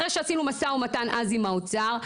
אחרי שעשינו משא ומתן אז עם האוצר,